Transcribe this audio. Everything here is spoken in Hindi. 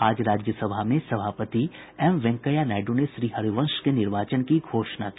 आज राज्यसभा में सभापति एम वेंकैया नायड् ने श्री हरिवंश के निर्वाचन की घोषणा की